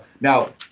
Now